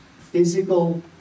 Physical